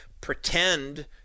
pretend